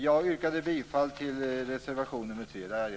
Jag yrkar som sagt bifall till reservation 3.